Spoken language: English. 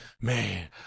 man